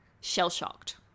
shell-shocked